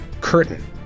curtain